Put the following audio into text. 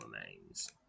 remains